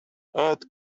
earth